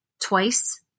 twice –